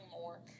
more